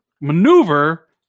maneuver